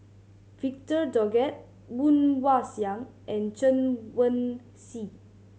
Victor Doggett Woon Wah Siang and Chen Wen Hsi